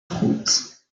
route